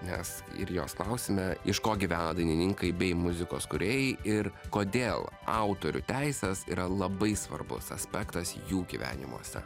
nes ir jos klausime iš ko gyvena dainininkai bei muzikos kūrėjai ir kodėl autorių teisės yra labai svarbus aspektas jų gyvenimuose